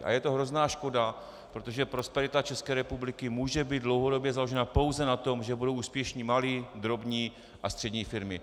A je to hrozná škoda, protože prosperita České republiky může být dlouhodobě založena pouze na tom, že budou úspěšné malé, drobné a střední firmy.